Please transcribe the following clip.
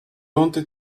wanted